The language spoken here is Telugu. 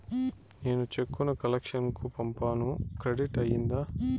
నేను చెక్కు ను కలెక్షన్ కు పంపాను క్రెడిట్ అయ్యిందా